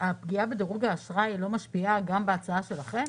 הפגיעה בדירוג האשראי לא משפיעה גם בהצעה שלכם?